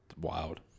Wild